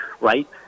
right